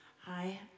Hi